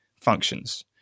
functions